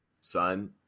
Son